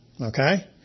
Okay